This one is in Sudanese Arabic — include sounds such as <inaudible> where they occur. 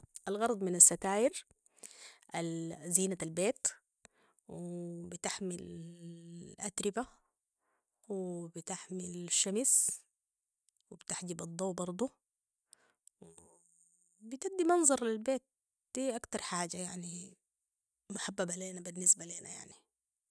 الغرض من الستاير- زينة البيت و <hesitation> بتحمي <hesitation> الأتربة وبتحمي الشمس وبتحجيب الضوء برضو بتدي منظر للبيت دي أكتر حاجة يعني محببة لينا بالنسبة لينا يعني